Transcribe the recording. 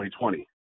2020